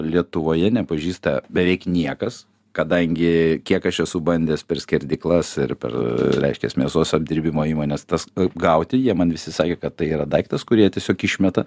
lietuvoje nepažįsta beveik niekas kadangi kiek aš esu bandęs per skerdyklas ir per reiškias mėsos apdirbimo įmones tas gauti jie man visi sakė kad tai yra daiktas kur jie tiesiog išmeta